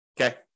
Okay